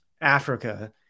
Africa